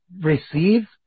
receive